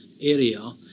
area